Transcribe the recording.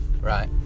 right